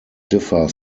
differ